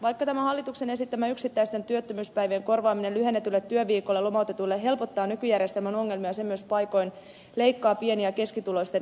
vaikka tämä hallituksen esittämä yksittäisten työttömyyspäivien korvaaminen lyhennetylle työviikolle lomautetuille helpottaa nykyjärjestelmän ongelmia se myös paikoin leikkaa pieni ja keskituloisten etuutta